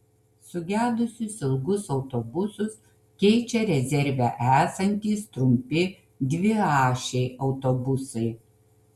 sugedusius ilgus autobusus keičia rezerve esantys trumpi dviašiai autobusai